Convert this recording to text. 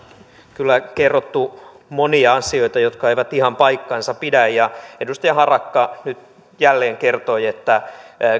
kyllä kerrottu monia asioita jotka eivät ihan paikkaansa pidä ja edustaja harakka nyt jälleen kertoi että